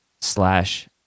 slash